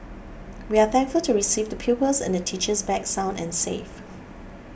we are thankful to receive the pupils and the teachers back sound and safe